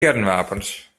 kernwapens